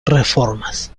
reformas